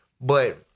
but-